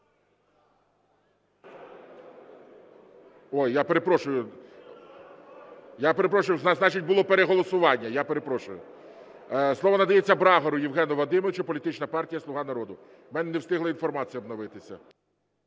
(Шум у залі) Я перепрошую, значить, було переголосування. Я перепрошую. Слово надається Брагару Євгену Вадимовичу, політична партія "Слуга народу". У мене не встигла інформація обновитися.